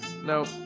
Nope